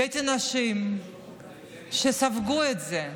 הבאתי נשים שספגו את זה,